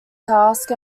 task